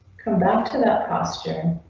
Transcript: come back to that posture.